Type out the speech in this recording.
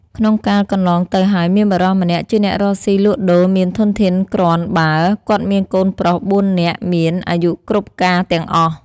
ក្នុងកាលកន្លងទៅហើយ មានបុរសម្នាក់ជាអ្នករកស៊ីលក់ដូរ មានធនធានគ្រាន់ បើ គាត់មានកូនប្រុស៤នាក់មានអាយុគ្រប់ការទាំងអស់ ។